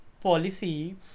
policy